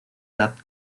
edad